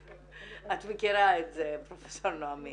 את מכירה את זה, פרופ' נעמי.